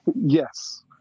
yes